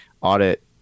audit